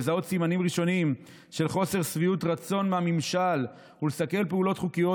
לזהות סימנים ראשונים של חוסר שביעות רצון מהממשל ולסכל פעולות חוקיות,